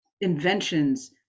inventions